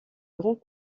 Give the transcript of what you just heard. grands